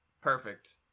perfect